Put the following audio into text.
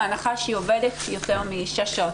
בהנחה שהיא עובדת יותר משש שעות.